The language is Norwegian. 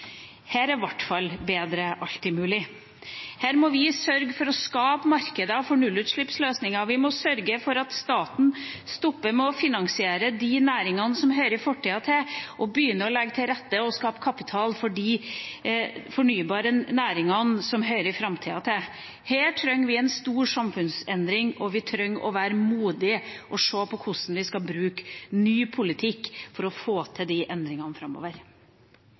Her er i hvert fall bedre alltid mulig. Her må vi sørge for å skape markeder for nullutslippsløsninger, vi må sørge for at staten stopper med å finansiere de næringene som hører fortida til, og begynne å legge til rette for og skape kapital for de fornybare næringene som hører framtida til. Her trenger vi en stor samfunnsendring, og vi trenger å være modige og se på hvordan vi skal bruke ny politikk for å få til de endringene framover.